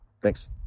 Thanks